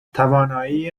توانایی